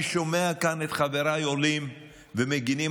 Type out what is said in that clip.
אני שומע כאן את חבריי עולים ומגינים